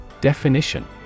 Definition